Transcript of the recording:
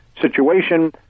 situation